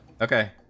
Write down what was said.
Okay